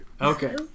Okay